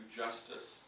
justice